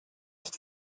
ist